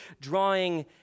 drawing